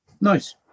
Nice